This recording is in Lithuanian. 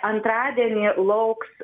antradienį lauks